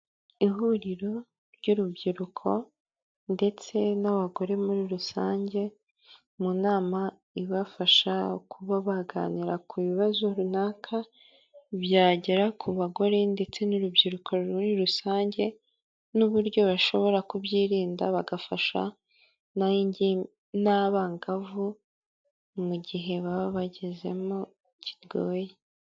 Ihuriro ry'urubyiruko ndetse n'abagore muri rusange, mu nama ibafasha kuba baganira ku bibazo runaka, byagera ku bagore ndetse n'urubyiruko muri rusange, n'uburyo bashobora kubyirinda bagafasha n'abangavu mu gihe baba bagezemo kigoye.